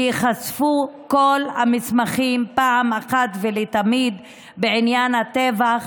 וייחשפו כל המסמכים אחת ולתמיד בעניין הטבח